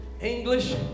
English